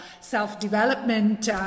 self-development